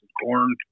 corn